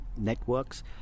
networks